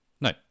No